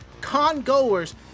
con-goers